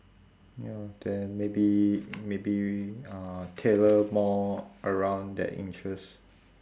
ya then maybe maybe uh tailor more around their interest